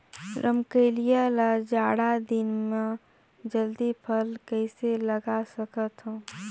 रमकलिया ल जाड़ा दिन म जल्दी फल कइसे लगा सकथव?